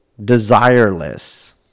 desireless